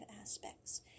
aspects